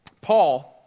Paul